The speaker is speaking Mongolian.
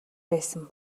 байсан